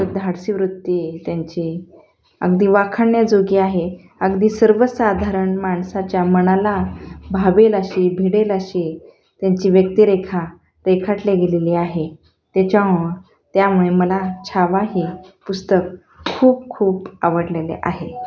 त्यांचं धाडसी वृत्ती त्यांची अगदी वाखाणन्याजोगी आहे अगदी सर्वसाधारण माणसाच्या मनाला भावेल अशी भिडेल अशी त्यांची व्यक्तिरेखा रेखाटले गेलेली आहे त्याच्यामु त्यामुळे मला छावा हे पुस्तक खूप खूप आवडलेले आहे